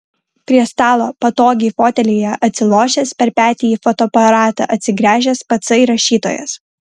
prie stalo patogiai fotelyje atsilošęs per petį į fotoaparatą atsigręžęs patsai rašytojas